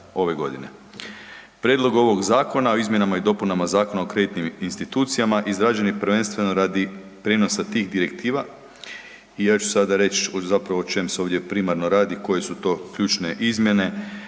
ove godine. Prijedlog ovog zakona o izmjenama i dopunama Zakona o kreditnim institucijama izrađen je prvenstveno radi prijenosa tih direktiva. I ja ću sada reć zapravo o čem se ovdje primarno radi, koje su to ključne izmjene.